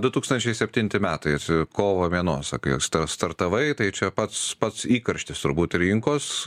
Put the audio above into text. du tūkstančiai septinti metais kovo vienos sakai sta startavai tai čia pats pats įkarštis turbūt rinkos